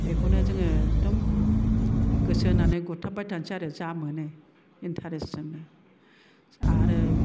बेखौनो जोङो एखदम गोसो होनानै गुरथाब बायथारसै आरो जा मोनो इन्टारेस्ट जोंनो आरो